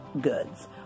goods